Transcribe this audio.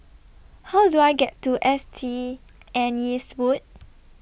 How Do I get to S T Anne's Wood